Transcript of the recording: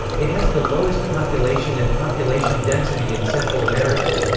it has the lowest population and population density in central america.